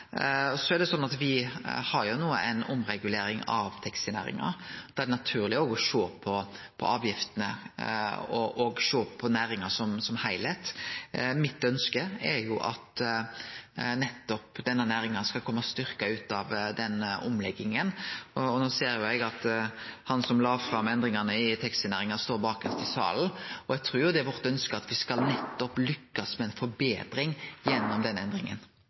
har no ei omregulering av taxinæringa. Da er det naturleg å sjå på avgiftene og sjå på næringa under eitt. Mitt ønske er at nettopp denne næringa skal kome styrkt ut av den omlegginga. No ser eg at han som la fram endringane i taxinæringa, står lengst bak i salen, og eg trur det er vårt ønske at me skal lukkast med ei forbetring gjennom den endringa.